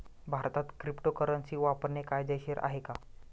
भारतात क्रिप्टोकरन्सी वापरणे कायदेशीर आहे का?